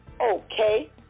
okay